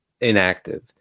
inactive